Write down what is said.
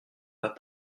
pas